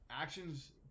actions